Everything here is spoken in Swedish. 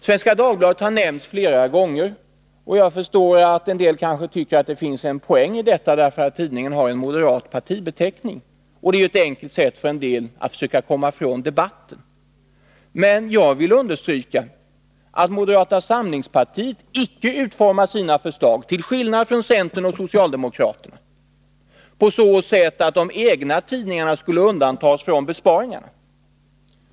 Svenska Dagbladet har nämnts flera gånger, och jag förstår att en del kanske tycker att det finns en poäng i detta, därför att tidningen har en moderat partibeteckning. Det är ett enkelt sätt att försöka komma ifrån debatten. Men jag vill understryka att moderata samlingspartiet icke utformat sina förslag — till skillnad från centern och socialdemokraterna — på så sätt att en egen tidning skulle undantas från besparingarna.